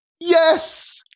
Yes